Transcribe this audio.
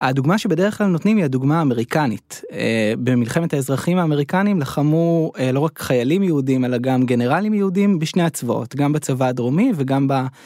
הדוגמה שבדרך כלל נותנים היא הדוגמה האמריקנית. במלחמת האזרחים האמריקנים לחמו לא רק חיילים יהודים אלא גם גנרלים יהודים בשני הצבאות גם בצבא הדרומי וגם ב..